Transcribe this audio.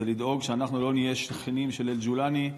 זה לדאוג שאנחנו לא נהיה שכנים של אל-ג'ולאני.